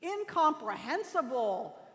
incomprehensible